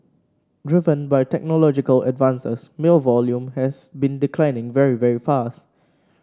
driven by technological advances mail volume has been declining very very fast